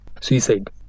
suicide